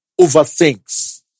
overthinks